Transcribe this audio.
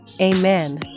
Amen